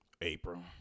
April